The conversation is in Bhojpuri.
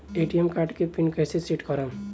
ए.टी.एम कार्ड के पिन कैसे सेट करम?